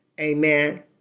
Amen